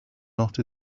not